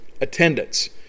attendance